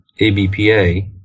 ABPA